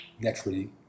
naturally